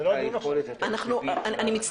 אין את היכולת התקציבית --- אבל זה לא הדיון עכשיו.